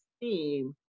steam